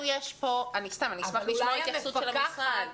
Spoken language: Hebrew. אשמח לשמוע התייחסות של המשרד.